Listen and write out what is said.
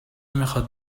میخواد